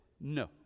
no